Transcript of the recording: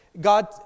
God